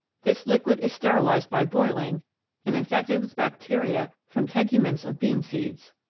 this liquid is sterilised by boiling and infected with bacteria from tegu ments of bean-seeds.